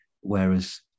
Whereas